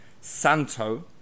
Santo